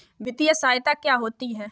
वित्तीय सहायता क्या होती है?